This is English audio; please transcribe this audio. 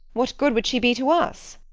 what good would she be to us?